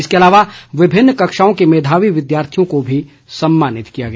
इसके अलावा विभिन्न कक्षाओं के मेधावी विद्यार्थियों को भी सम्मानित किया गया